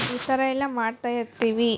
ಈ ಥರಯೆಲ್ಲ ಮಾಡ್ತಾ ಇರ್ತೀವಿ